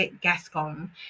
gascon